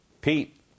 Pete